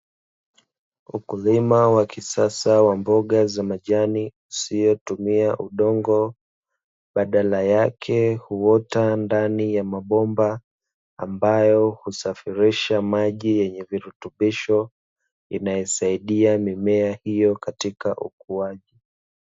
Ukulima wakisasa wa mboga za majani usietumia udongo badala yake huota ndani ya mabomba ambayo husafirisha maji yenye virutubisho inaesaidia mimea hiyo katika ukuaji.